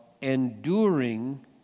enduring